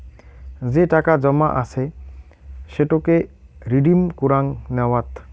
যে টাকা জমা আছে সেটোকে রিডিম কুরাং নেওয়াত